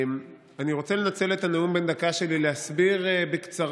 אני רוצה לנצל את הנאום בן הדקה שלי להסביר בקצרה